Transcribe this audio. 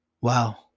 Wow